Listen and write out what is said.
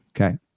Okay